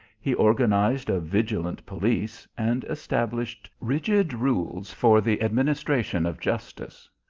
he organized a vigilant police, and established rigid rules for the administration of justice.